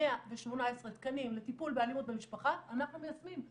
118 תקנים לטיפול באלימות במשפחה אנחנו מיישמים.